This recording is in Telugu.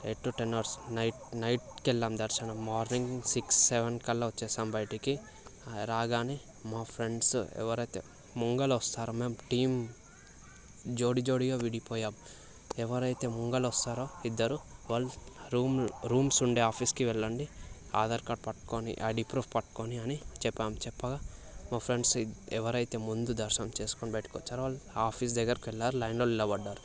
eight to ten hours night night వెళ్ళాము దర్శనం మార్నింగ్ సిక్స్ సెవెన్ కల్లా వచ్చేసాం బయటికి రాగానే మా ఫ్రెండ్స్ ఎవరైతే ముందర వస్తారో మేము టీం జోడి జోడిగా విడిపోయాం ఎవరైతే ముందర వస్తారో ఇద్దరు వాళ్ళు రూమ్స్ రూమ్స్ ఉండే ఆఫీస్కి వెళ్ళండి ఆధార్ కార్డు పట్టుకొని ఐడి ప్రూఫ్ పట్టుకొని అని చెప్పాము చెప్పగా మా ఫ్రెండ్స్ ఎవరైతే ముందు దర్శనం చేసుకొని బయటకు వచ్చారో వాళ్ళు ఆఫీస్ దగ్గరికి వెళ్ళారు లైన్లో నిలబడాలి